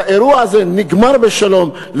והאירוע הזה נגמר בשלום,